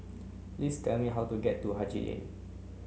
please tell me how to get to Haji Lane